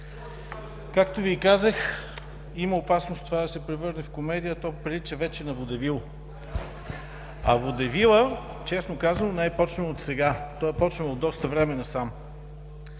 Както Ви казах, има опасност това да се превърне в комедия, то прилича вече на водевил. Водевилът, честно казано, не е започнал отсега, започнал е от доста време насам.